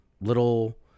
little